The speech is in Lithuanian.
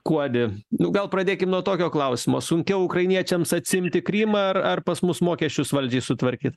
kuodi nu gal pradėkim nuo tokio klausimo sunkiau ukrainiečiams atsiimti krymą ar ar pas mus mokesčius valdžiai sutvarkyt